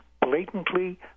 blatantly